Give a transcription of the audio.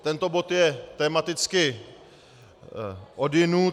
Tento bod je tematicky odjinud.